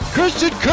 Christian